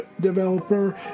developer